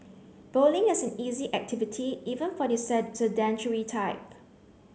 bowling is an easy activity even for the set sedentary type